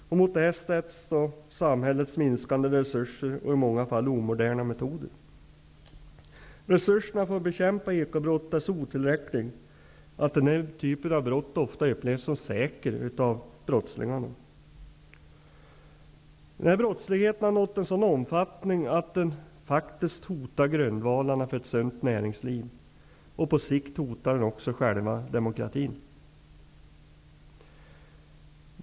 Mot detta sätts då samhällets minskande resurser och i många fall omoderna metoder. Resurserna för att bekämpa ekobrott är så otillräckliga att den här typen av brott ofta upplevs som säker av brottslingarna. Denna brottslighet har nått en sådan omfattning att den faktiskt hotar grundvalarna för ett sunt näringsliv och på sikt också demokratin.